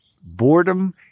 Boredom